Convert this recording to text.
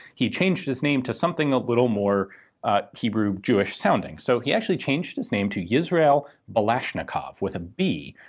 he changed his name to something a little more hebrew jewish sounding so he actually changed his name to yisrael balashnikov, with a b.